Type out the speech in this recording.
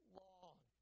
long